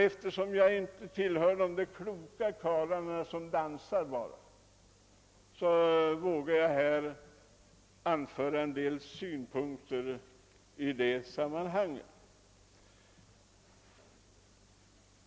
Eftersom jag inte tillhör de där kloka karlarna som bara dansar vågar jag framföra vissa synpunkter i det här sammanhanget.